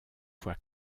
fois